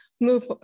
move